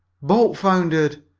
boat foundered.